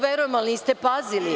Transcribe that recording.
Verujem, ali niste pazili.